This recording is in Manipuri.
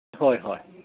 ꯍꯣꯏ ꯍꯣꯏ